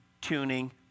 tuning